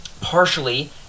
partially